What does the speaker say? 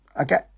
okay